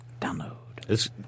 download